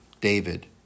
David